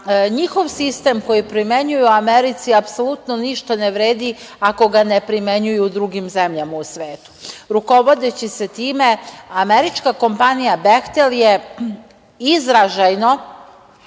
njihov sistem koji primenjuju u Americi apsolutno ništa ne vredi ako ga ne primenjuju u drugim zemljama u svetu. Rukovodeći se time, američka kompanija „Behtel“ je izražajno